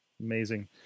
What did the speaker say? amazing